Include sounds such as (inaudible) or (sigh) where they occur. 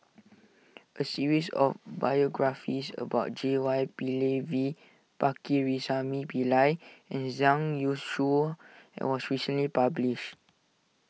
(noise) a series of biographies about J Y Pillay V Pakirisamy Pillai and Zhang Youshuo it was recently published